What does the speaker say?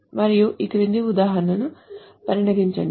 మరియు ఈ క్రింది ఉదాహరణను పరిగణించండి